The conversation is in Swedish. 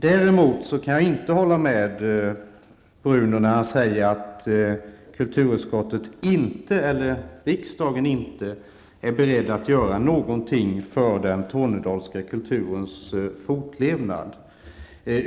Däremot kan jag inte hålla med Bruno Poromaa när han säger att kulturutskottet eller riksdagen inte är beredd att göra någonting för den tornedalska kulturens fortlevnad.